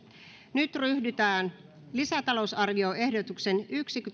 nyt ryhdytään lisätalousarvioehdotuksen